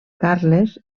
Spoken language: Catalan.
carles